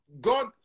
God